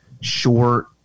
short